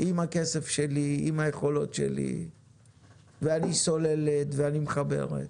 עם הכסף שלי ועם היכולות שלי ואני סוללת ואני מחברת."